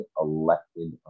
elected